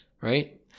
right